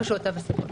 לא קשור לתו הסגול.